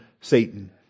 Satan